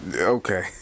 okay